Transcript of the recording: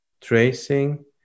tracing